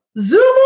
zoom